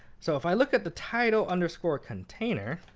so if i look at the title underscore container,